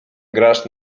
grasz